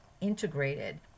integrated